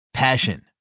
Passion